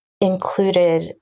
included